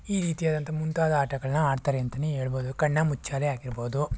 ಈ ರೀತಿಯಾದಂಥ ಮುಂತಾದ ಆಟಗಳನ್ನ ಆಡ್ತಾರೆ ಅಂತಲೇ ಹೇಳ್ಬಹುದು ಕಣ್ಣಮುಚ್ಚಾಲೆ ಆಗಿರ್ಬೋದು